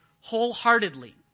wholeheartedly